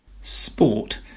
Sport